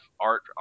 art